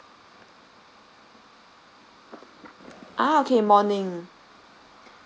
uh okay morning